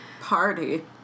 party